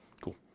Cool